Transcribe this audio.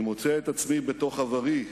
אני מוצא את עצמי בתוך עברי,